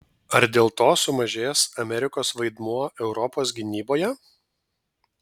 ar dėl to sumažės amerikos vaidmuo europos gynyboje